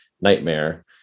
nightmare